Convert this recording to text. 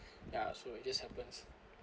ya so it just happens